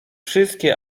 wszystkie